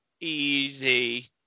easy